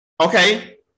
okay